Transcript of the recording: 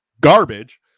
garbage